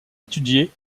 étudiés